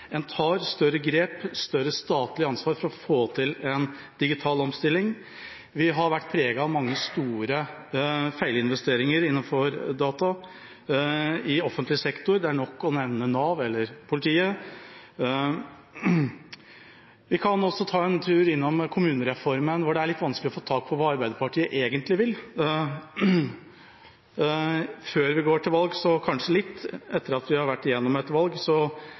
En tar større grep, større statlig ansvar, for å få til en digital omstilling. Vi har vært preget av mange store feilinvesteringer innenfor data i offentlig sektor, det er nok å nevne Nav eller politiet. Vi kan også ta en tur innom kommunereformen, hvor det er litt vanskelig å få tak på hva Arbeiderpartiet egentlig vil – før vi går til valg, så kanskje litt, etter at vi har vært gjennom et valg, er ikke det så